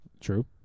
True